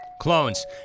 Clones